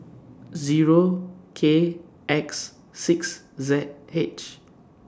Zero K X six Z H